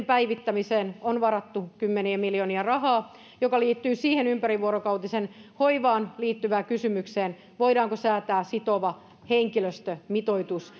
päivittämiseen on varattu kymmeniä miljoonia rahaa mikä liittyy siihen ympärivuorokautiseen hoivaan liittyvään kysymykseen voidaanko säätää sitova henkilöstömitoitus